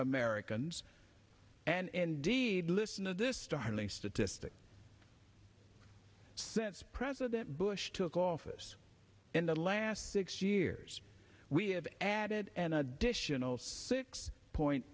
americans and dede listen to this startling statistic since president bush took office in the last six years we have added an additional six point